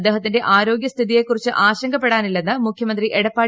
അദ്ദേഹത്തിന്റെ ആരോഗ്യസ്ഥിതിയെക്കുറിച്ച് ആശങ്കപ്പെടാനില്ലെന്ന് മുഖ്യമന്ത്രി എടപ്പാടി